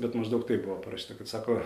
bet maždaug taip buvo parašyta kad sako